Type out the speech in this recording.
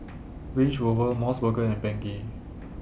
Range Rover Mos Burger and Bengay